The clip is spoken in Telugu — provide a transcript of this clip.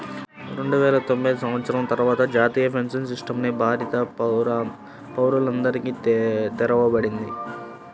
రెండువేల తొమ్మిది సంవత్సరం తర్వాత జాతీయ పెన్షన్ సిస్టమ్ ని భారత పౌరులందరికీ తెరవబడింది